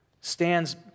stands